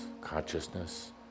consciousness